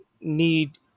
need